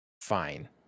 fine